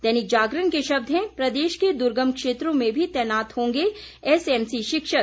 दैनिक जागरण के शब्द हैं प्रदेश के दुर्गम क्षेत्रों में भी तैनात होंगे एसएमसी शिक्षक